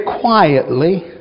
quietly